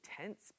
tense